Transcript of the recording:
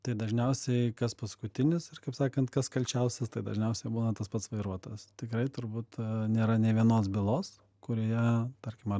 tai dažniausiai kas paskutinis ir kaip sakant kas kalčiausias tai dažniausia būna tas pats vairuotojas tikrai turbūt nėra nė vienos bylos kurioje tarkim